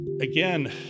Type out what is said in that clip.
Again